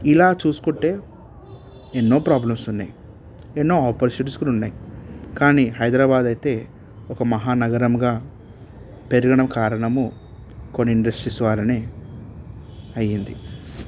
ఇలా చూసుకుంటే ఎన్నో ప్రాబ్లమ్స్ ఉన్నాయి ఎన్నో ఆపర్చునిటీస్ కూడా ఉన్నాయి కానీ హైదరాబాద్ అయితే ఒక మహానగరంగా పెరగడం కారణము కొన్ని ఇండస్ట్రీస్ ద్వారానే అయింది